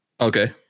Okay